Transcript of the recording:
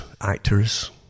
actors